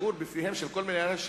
השגור בפיהם של כל מיני אנשים,